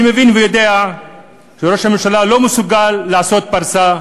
אני מבין ויודע שראש הממשלה לא מסוגל לעשות פרסה,